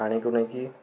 ପାଣିକୁ ନେଇକି